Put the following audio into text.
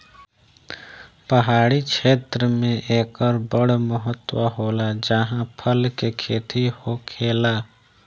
पहाड़ी क्षेत्र मे एकर बड़ महत्त्व होला जाहा फल के खेती होखेला